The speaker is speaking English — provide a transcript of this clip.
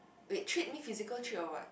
wait treat mean physical treat or what